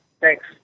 Thanks